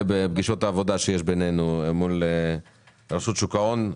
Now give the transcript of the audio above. בפגישות העבודה שיש מול רשות שוק ההון.